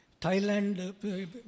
Thailand